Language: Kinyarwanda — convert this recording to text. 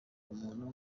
umuntu